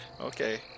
Okay